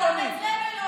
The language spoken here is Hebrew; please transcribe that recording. אדוני.